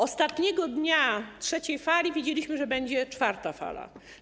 Ostatniego dnia trzeciej fali wiedzieliśmy, że będzie czwarta fala.